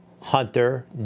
Hunter